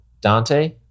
Dante